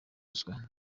ruswa